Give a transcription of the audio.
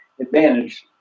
advantage